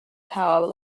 power